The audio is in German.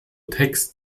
text